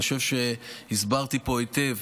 אני חושב שהסברתי פה היטב